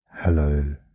Hello